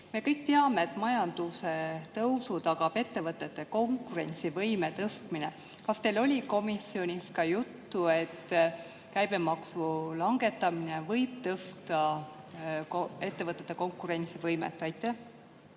Me kõik teame, et majanduse tõusu tagab ettevõtete konkurentsivõime tõstmine. Kas teil oli komisjonis juttu sellest, et käibemaksu langetamine võib tõsta ettevõtete konkurentsivõimet? Aitäh,